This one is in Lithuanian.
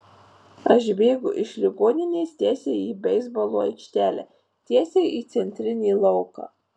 aš bėgu iš ligoninės tiesiai į beisbolo aikštelę tiesiai į centrinį lauką